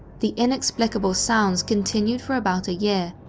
the inexplicable sounds continued for about year,